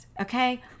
Okay